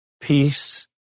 peace